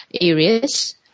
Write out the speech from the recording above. areas